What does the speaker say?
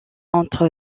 entre